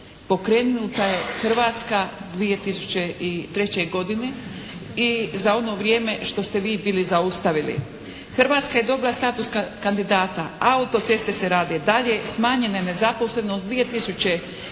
Pokrenuta je Hrvatska 2003. godine i za ono vrijeme što ste vi bili zaustavili. Hrvatska je dobila status kandidata. Auto-ceste se rade dalje. Smanjena je nezaposlenost. 2002.